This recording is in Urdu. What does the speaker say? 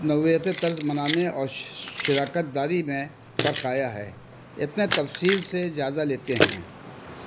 نوعیت طرز منانے اور شراکت داری میں فرق آیا ہے اتنے تفصیل سے جائزہ لیتے ہیں